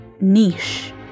Niche